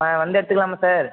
ஆ வந்து எடுத்துக்கலாமா சார்